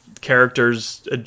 characters